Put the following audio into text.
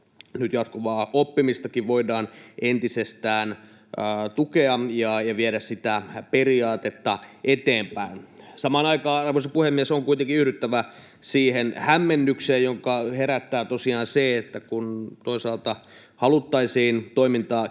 jatkuvaa oppimistakin voidaan entisestään tukea ja viedä sitä periaatetta eteenpäin. Samaan aikaan, arvoisa puhemies, on kuitenkin yhdyttävä siihen hämmennykseen, jonka herättää tosiaan se, että toisaalta haluttaisiin toimintaa